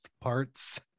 parts